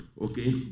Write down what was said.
okay